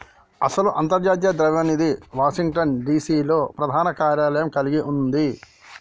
అసలు అంతర్జాతీయ ద్రవ్య నిధి వాషింగ్టన్ డిసి లో ప్రధాన కార్యాలయం కలిగి ఉంది